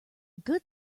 good